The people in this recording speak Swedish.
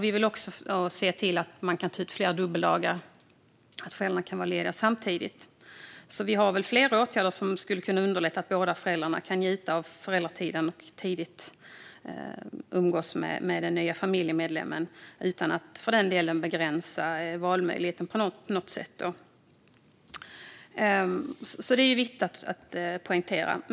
Vi vill också att man ska kunna ta ut flera dubbeldagar, så att båda föräldrarna kan vara lediga samtidigt. Vi har alltså flera åtgärder som skulle kunna underlätta för båda föräldrarna att njuta av föräldratiden och tidigt umgås med den nya familjemedlemmen utan att för den skull begränsa valmöjligheten på något sätt. Det är viktigt att poängtera.